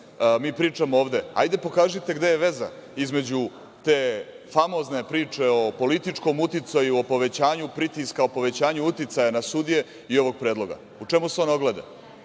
Mi pričamo ovde – hajde pokažite gde je veza između te famozne priče o političkom uticaju, o povećanju pritiska, o povećanju uticaja na sudije i ovog predloga. U čemu se ona ogleda?